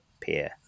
pier